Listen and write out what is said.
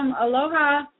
Aloha